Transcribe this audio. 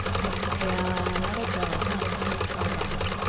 exhale, let it go, elbows draw down.